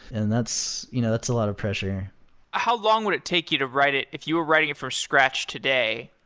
and that's you know that's a lot of pressure how long would it take you to write it? if you're writing it from scratch today,